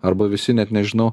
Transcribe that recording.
arba visi net nežinau